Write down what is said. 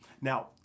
Now